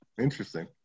interesting